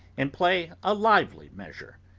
and play a lively measure.